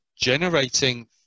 generating